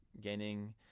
gaining